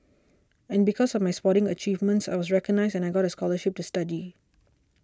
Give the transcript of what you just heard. and because of my sporting achievements I was recognised and I got scholarships to study